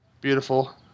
Beautiful